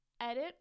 edit